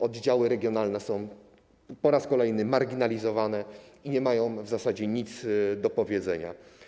Oddziały regionalne są po raz kolejny marginalizowane i nie mają w zasadzie nic do powiedzenia.